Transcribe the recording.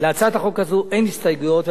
להצעה זו אין הסתייגויות,